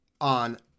on